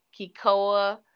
Kikoa